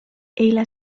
eile